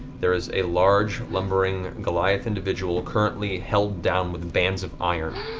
there is a large lumbering goliath individual currently held down with bands of iron.